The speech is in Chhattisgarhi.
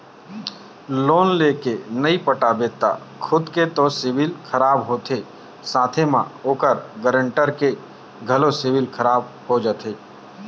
लोन लेय के नइ पटाबे त खुद के तो सिविल खराब होथे साथे म ओखर गारंटर के घलोक सिविल खराब हो जाथे